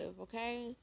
okay